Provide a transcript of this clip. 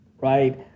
right